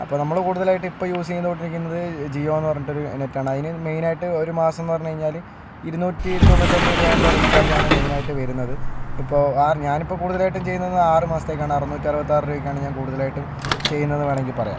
അപ്പോൾ നമ്മള് കൂടുതലായിട്ടും ഇപ്പോൾ യൂസ് ചെയ്തോണ്ടിരിക്കണത് ജിയോന്ന് പറഞ്ഞിട്ടൊരു നെറ്റാണ് അതിന് മെയ്നായിട്ട് ഒരു മാസമെന്ന് പറഞ്ഞാല് ഇരുനൂറ്റി തൊണ്ണൂറ്റി ഒമ്പത് രൂപേൻ്റെ റീചാർജാണ് മെയ്നായിട്ട് വരുന്നത് ഇപ്പോൾ ആറ് ഞാനിപ്പോൾ കൂടുതലായിട്ടും ചെയ്യുന്നത് ആറു മാസത്തേക്കാണ് അറുന്നൂറ്റി അറുപത്താറ് രൂപയ്ക്കാണ് ഞാൻ കൂടുതലായിട്ടും ചെയ്യുന്നേന്ന് വേണമെങ്കിൽ പറയാം